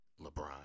LeBron